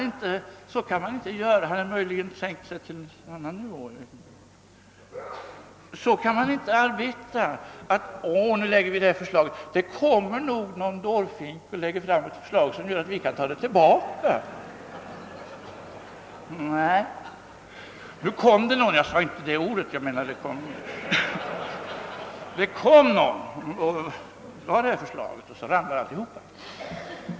Han hade möjligen sänkt sig till en annan nivå. Man kan inte arbeta så här: Nu lägger vi fram det här förslaget ty det kommer nog någon dårfink och framlägger ett förslag som gör att vi kan ta tillbaka vårt. Nu kom det någon — jag menar inte en dårfink — men det kom någon med ett förslag och så ramlade alltihop.